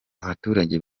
abaturage